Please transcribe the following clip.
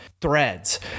threads